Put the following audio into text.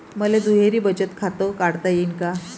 मले दुहेरी बचत खातं काढता येईन का?